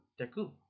Deku